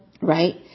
right